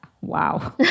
Wow